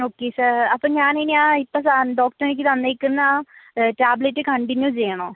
okay sir അപ്പം ഞാനിനി ആ ഇപ്പം സാറ് ഡോക്ടറെനിക്ക് തന്നേക്കുന്ന ആ ടാബ്ലെറ്റ് കണ്ടിന്യു ചെയ്യണൊ